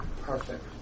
Perfect